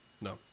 No